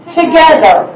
together